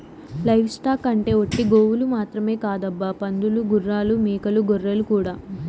live stock అంటే ఒట్టి గోవులు మాత్రమే కాదబ్బా పందులు గుర్రాలు మేకలు గొర్రెలు కూడా